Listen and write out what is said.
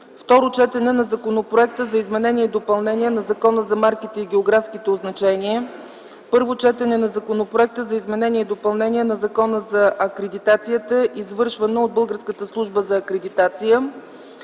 Второ четене на Законопроекта за изменение и допълнение на Закона за марките и географските означения. 12. Първо четене на Законопроекта за изменение и допълнение на Закона за акредитацията, извършвана от българската Служба за акредитация.